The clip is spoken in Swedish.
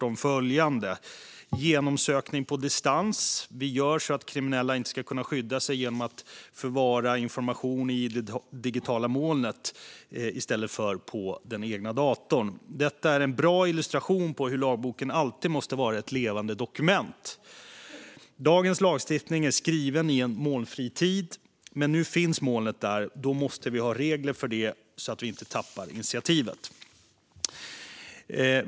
När det gäller genomsökning på distans gör vi så att kriminella inte ska kunna skydda sig genom att förvara information i det digitala molnet i stället för på den egna datorn. Detta är en bra illustration av hur lagboken alltid måste vara ett levande dokument. Dagens lagstiftning är skriven i en molnfri tid. Men nu finns molnet där, och då måste vi ha regler för det så att vi inte tappar initiativet.